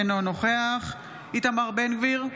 אינו נוכח איתמר בן גביר,